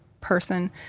person